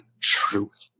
truth